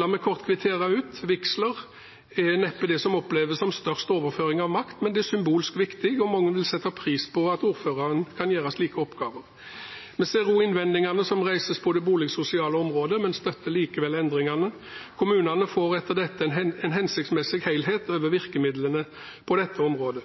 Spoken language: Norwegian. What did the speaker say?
La meg kort kvittere ut: Vigsler er neppe det som oppleves som størst overføring av makt, men det er symbolsk viktig, og mange vil sette pris på at ordføreren kan gjøre slike oppgaver. Vi ser også innvendingene som reises på det boligsosiale området, men støtter likevel endringene. Kommunene får etter dette en hensiktsmessig helhet over virkemidlene på dette området.